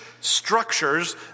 structures